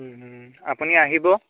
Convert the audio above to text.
আপুনি আহিব